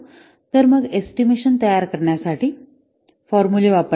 तर मग एस्टिमेशन तयार करण्यासाठी फॉर्मुले वापरले जातात